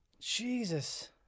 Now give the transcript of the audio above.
Jesus